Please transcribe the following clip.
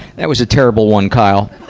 that was a terrible one, kyle.